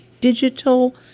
digital